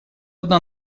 одна